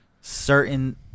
certain